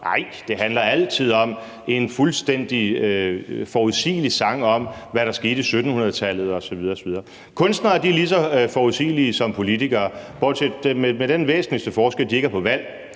Nej, det handler altid om en fuldstændig forudsigelig sang om, hvad der skete i 1700-tallet osv. osv. Kunstnere er lige så forudsigelige som politikere med den væsentligste forskel, at de ikke er på valg.